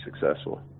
successful